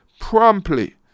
promptly